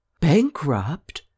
Bankrupt